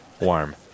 warm